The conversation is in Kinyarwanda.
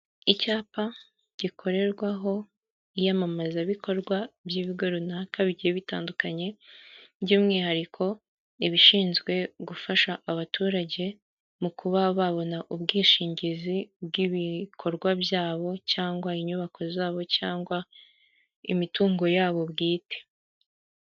Icyapa gikorerwaho iyamamazabikorwa by'ibigo runaka bigiye bitandukanye, by'umwihariko ibishinzwe gufasha abaturage mu kuba babona ubwishingizi bw'ibikorwa byabo cyangwa inyubako zabo cyangwa imitungo yabo bwite.